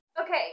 Okay